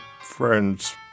friends